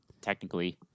technically